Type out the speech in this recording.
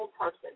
person